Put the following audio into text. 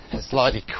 slightly